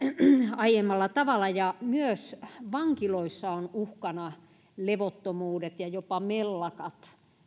aiemmalla tavalla myös vankiloissa uhkana ovat levottomuudet ja jopa mellakat